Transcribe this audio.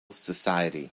society